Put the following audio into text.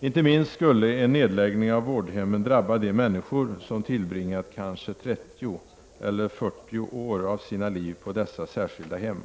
Inte minst skulle en nedläggning av vårdhemmen drabba de människor som tillbringat kanske 30 eller 40 år av sina liv på dessa särskilda hem.